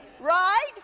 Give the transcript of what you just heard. Right